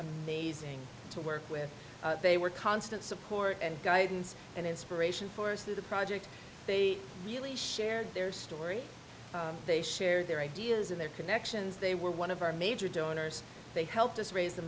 amazing to work with they were constant support and guidance and inspiration for us through the project they really shared their story they shared their ideas and their connections they were one of our major donors they helped us raise the